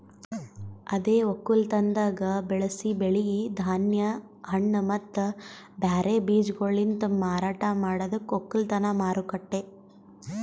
ಅದೇ ಒಕ್ಕಲತನದಾಗ್ ಬೆಳಸಿ ಬೆಳಿ, ಧಾನ್ಯ, ಹಣ್ಣ ಮತ್ತ ಬ್ಯಾರೆ ಬೀಜಗೊಳಲಿಂತ್ ಮಾರಾಟ ಮಾಡದಕ್ ಒಕ್ಕಲತನ ಮಾರುಕಟ್ಟೆ